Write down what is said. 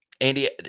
Andy